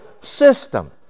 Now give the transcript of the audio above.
system